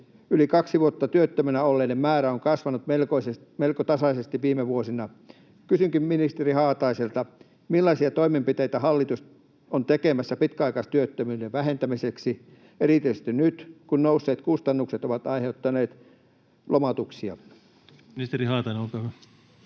Yli kaksi vuotta työttömänä olleiden määrä on kasvanut melko tasaisesti viime vuosina. Kysynkin ministeri Haataiselta: millaisia toimenpiteitä hallitus on tekemässä pitkäaikaistyöttömyyden vähentämiseksi erityisesti nyt, kun nousseet kustannukset ovat aiheuttaneet lomautuksia? Ministeri Haatainen, olkaa hyvä.